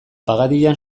pagadian